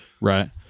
right